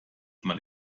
man